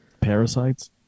parasites